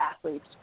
athletes